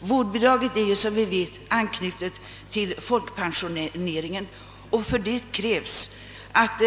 Detta bidrag är nämligen som bekant en folkpensionsförmån och för att sådan skall kunna utgå krävs att